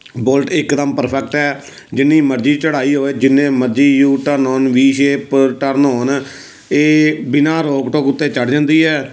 bullet ਇੱਕਦਮ perfect ਹੈ ਜਿੰਨੀ ਮਰਜ਼ੀ ਚੜ੍ਹਾਈ ਹੋਵੇ ਜਿੰਨੇ ਮਰਜ਼ੀ ਯੂ ਟਰਨ ਹੋਣ ਵੀ ਸ਼ੇਪ ਟਰਨ ਹੋਣ ਇਹ ਬਿਨਾਂ ਰੋਕ ਟੋਕ ਉੱਤੇ ਚੜ੍ਹ ਜਾਂਦੀ ਹੈ